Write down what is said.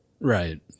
Right